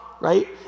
right